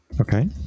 Okay